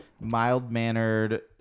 mild-mannered